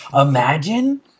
Imagine